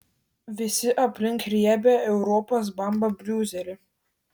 visi aplink riebią europos bambą briuselį